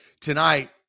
Tonight